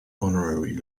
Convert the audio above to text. honorary